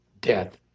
death